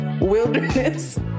wilderness